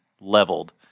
leveled